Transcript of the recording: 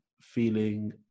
feeling